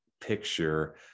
picture